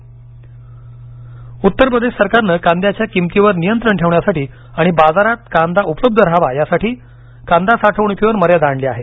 उत्तर प्रदेश कांदा उत्तर प्रदेश सरकारनं कांद्याच्या किमतीवर नियंत्रण ठेवण्यासाठी आणि बाजारात कांदा उपलब्ध रहावा यासाठी कांदा साठवणूकीवर मर्यादा आणली आहे